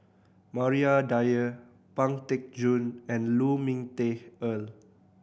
Maria Dyer Pang Teck Joon and Lu Ming Teh Earl